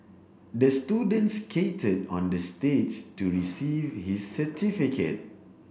the student skated on the stage to receive his certificate